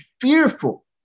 fearful